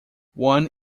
one